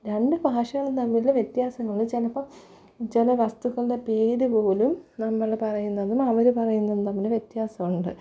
രണ്ട് ഭാഷകളും തമ്മിൽ വ്യത്യാസങ്ങൾ ചിലപ്പം ചില വസ്തുക്കളുടെ പേര് പോലും നമ്മൾ പറയുന്നതും അവർ പറയുന്നതും തമ്മിൽ വ്യത്യാസമുണ്ട്